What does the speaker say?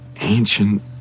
ancient